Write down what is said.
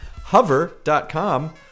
hover.com